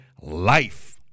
life